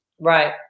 right